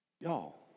Y'all